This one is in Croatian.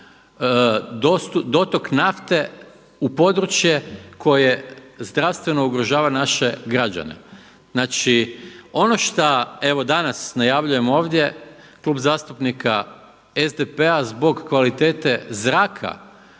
dotok nafte u područje koje zdravstveno ugrožava naše građane. Znači, ono šta evo danas najavljujemo ovdje, Klub zastupnika SDP-a zbog kvalitete zraka